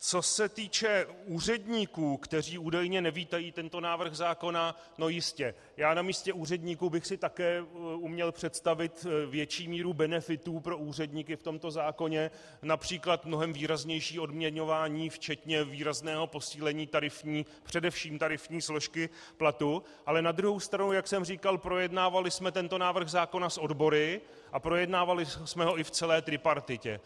Co se týče úředníků, kteří údajně nevítají tento návrh zákona no jistě, já na místě úředníků bych si také uměl představit větší míru benefitů pro úředníky v tomto zákoně, například mnohem výraznější odměňování včetně výrazného posílení především tarifní složky platu, ale na druhou stranu, jak jsem říkal, projednávali jsme tento návrh zákona s odbory a projednávali jsme ho i v celé tripartitě.